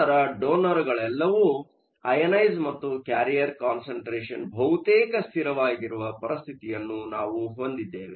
ನಂತರ ಡೊನರ್ ಗಳೆಲ್ಲವೂ ಅಯನೈಸ಼್ ಮತ್ತು ಕ್ಯಾರಿಯರ್ ಕಾನ್ಸಂಟ್ರೇಷನ್ ಬಹುತೇಕ ಸ್ಥಿರವಾಗಿರುವ ಪರಿಸ್ಥಿತಿಯನ್ನು ನಾವು ಹೊಂದಿದ್ದೇವೆ